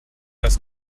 das